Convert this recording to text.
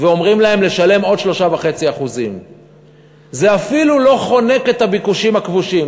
ואומרים להם לשלם עוד 3.5%. זה אפילו לא חונק את הביקושים הכבושים,